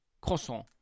croissant